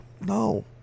No